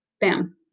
Bam